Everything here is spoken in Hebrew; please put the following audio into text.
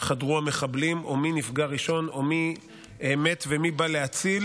חדרו המחבלים או מי נפגע ראשון או מי מת ומי בא להציל.